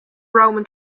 roman